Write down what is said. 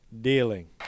dealing